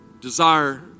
desire